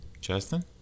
Justin